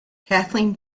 kathleen